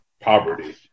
poverty